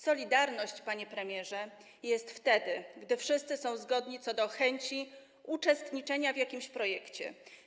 Solidarność, panie premierze, jest wtedy, gdy wszyscy są zgodni co do chęci uczestniczenia w jakimś projekcie.